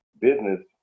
business